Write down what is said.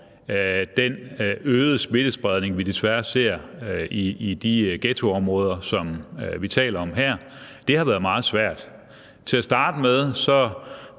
den øgede smittespredning, vi desværre ser i de ghettoområder, som vi taler om her, har været meget svært. Til at starte med